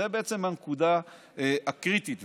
זו בעצם הנקודה הקריטית.